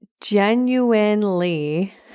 genuinely